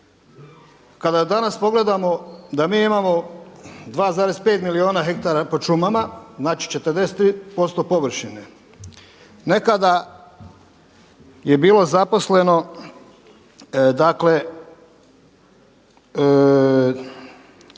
Kada danas pogledamo da mi imamo 2,5 milijuna hektara pod šumama, znači 43% površine. Nekada je bilo zaposleno, dakle